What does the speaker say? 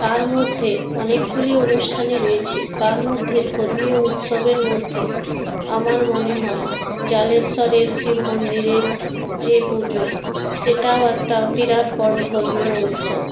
তার মধ্যে অনেকগুলি অনুষ্ঠানই রয়েছে তার মধ্যে ধর্মীয় উৎসবের মধ্যে আমার মনে হয় জলেশ্বরের শিব মন্দিরের যে পুজো সেটাও একটা বিরাট বড়ো ধর্মীয় উৎসব